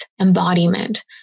embodiment